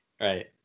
right